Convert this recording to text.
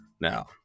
Now